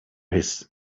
his